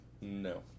No